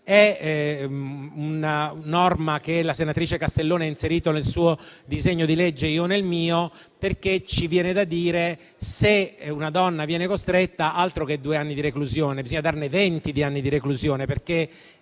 È una norma che la senatrice Castellone ha inserito nel suo disegno di legge e io nel mio, perché ci viene da dire che, se una donna viene costretta, altro che due anni di reclusione, bisogna darne venti di anni di reclusione.